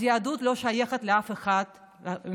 אז היהדות לא שייכת לאף אחד מכם,